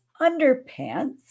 underpants